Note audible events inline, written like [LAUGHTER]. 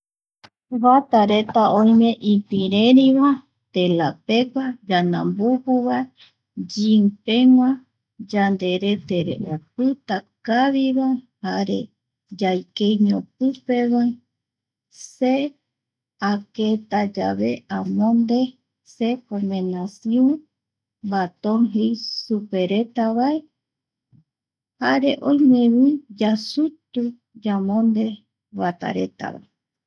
Vatareta [NOISE] oime ipireriva, [NOISE] tela pegua, yandambuju va. Yinpegua yanderete re [NOISE] opita kaviva, jare yaikeiño pipeva, se aketayave amonde se comenaciu baton [NOISE] jei supereta vae jare oimevi yasutu yamonde vataretava